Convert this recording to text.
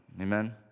Amen